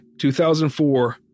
2004